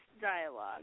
dialogue